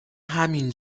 همین